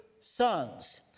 sons